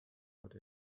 but